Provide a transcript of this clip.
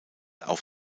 auf